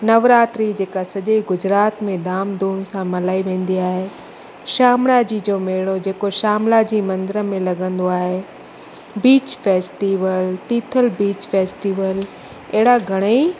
नवरात्रि जे का सॼे गुजरात में धाम धूम सां मल्हाई वेंदी आहे शामणा जी जो मेलो जे को शामणा जी मंदर में लॻंदो आहे beach festival Tithal beach festival अहिड़ा घणेई